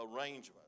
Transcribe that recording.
arrangement